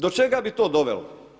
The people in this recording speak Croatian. Do čega bi to dovelo?